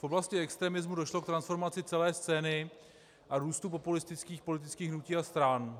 V oblasti extremismu došlo k transformaci celé scény a růstu populistických politických hnutí a stran.